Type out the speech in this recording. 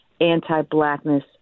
anti-blackness